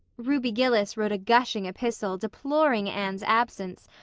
ruby gillis wrote a gushing epistle deploring anne's absence,